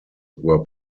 were